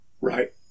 Right